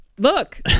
Look